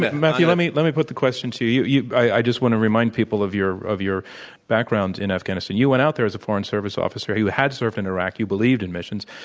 matthew, let me let me put the question to you. i just want to remind people of your of your background in afghanistan. you went out there as a foreign service officer. you had served in iraq. you believed in missions.